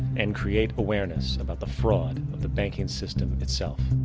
and create awareness about the fraud of the banking system itself.